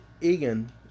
Egan